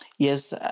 Yes